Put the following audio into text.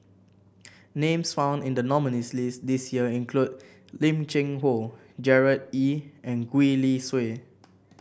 names found in the nominees' list this year include Lim Cheng Hoe Gerard Ee and Gwee Li Sui